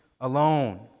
alone